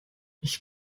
ich